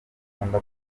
kuvuga